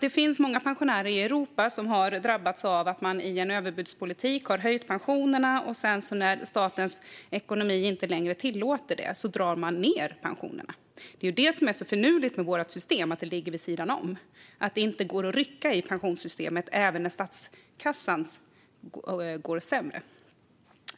Det finns många pensionärer i Europa som har drabbats av att man har höjt pensionerna i en överbudspolitik och att man sedan, när statens ekonomi inte längre tillåter detta, drar ned pensionerna. Det finurliga med vårt system är att det ligger vid sidan av och att det inte går att rycka i pensionssystemet när statskassan går sämre.